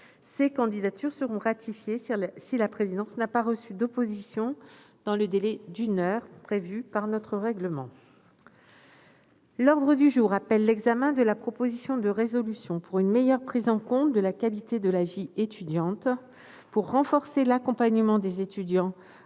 Ces candidatures seront ratifiées si la présidence n'a pas reçu d'opposition dans le délai d'une heure prévu par notre règlement. L'ordre du jour appelle l'examen, à la demande du groupe Union Centriste, de la proposition de résolution pour une meilleure prise en compte de la qualité de la vie étudiante, pour renforcer l'accompagnement des étudiants à toutes